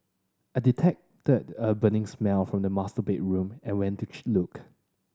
I detected a burning smell from the master bedroom and went to look